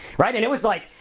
right? and it was like,